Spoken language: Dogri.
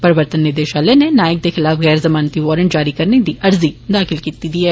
प्रर्वतन निदेषालय नै नायक दे खिलाफ गैर जमानती वारंट जारी करने लेई अर्जी दाखिल कीती दी ऐ